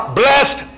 blessed